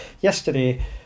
Yesterday